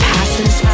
Passes